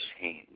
change